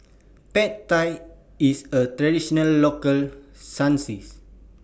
Pad Thai IS A Traditional Local Cuisine